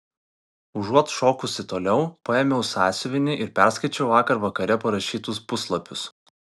užuot šokusi toliau paėmiau sąsiuvinį ir perskaičiau vakar vakare parašytus puslapius